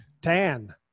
TAN